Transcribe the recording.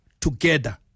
together